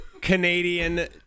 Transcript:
Canadian